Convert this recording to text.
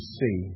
see